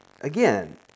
again